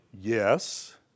Yes